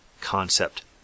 concept